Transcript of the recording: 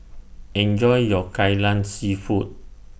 Enjoy your Kai Lan Seafood